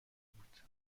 بود